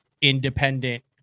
independent